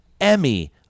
Emmy